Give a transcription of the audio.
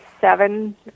seven